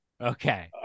Okay